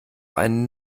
einen